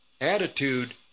attitude